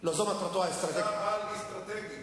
לא אני ולא הבחורים הרוסים, אתה השלמת מניין?